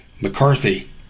McCarthy